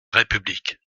république